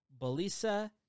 Belisa